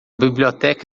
biblioteca